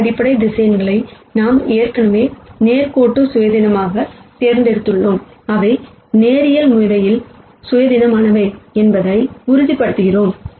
இந்த அடிப்படை வெக்டார்கள் நாம் ஏற்கனவே நேர்கோட்டு இண்டிபெண்டன்ட் ஆக தேர்ந்தெடுத்துள்ளோம் அவை லீனியர் முறையில் இண்டிபெண்டன்ட் என்பதை உறுதிப்படுத்துகிறது